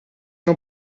não